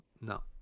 No